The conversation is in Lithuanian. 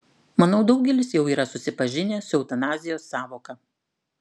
manau daugelis jau yra susipažinę su eutanazijos sąvoka